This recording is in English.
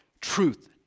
truth